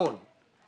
המון.